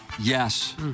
yes